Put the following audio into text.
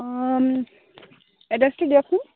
অঁ এড্ৰেছটো দিয়কচোন